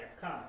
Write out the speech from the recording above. come